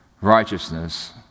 Righteousness